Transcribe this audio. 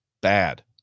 bad